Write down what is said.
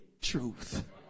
truth